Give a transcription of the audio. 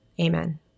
Amen